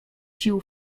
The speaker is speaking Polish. sił